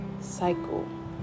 cycle